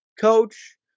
coach